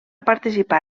participar